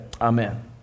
Amen